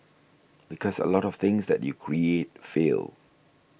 because a lot of things that you create fail